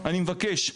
אני מבקש,